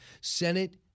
Senate